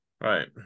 Right